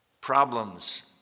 problems